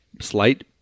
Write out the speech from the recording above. slight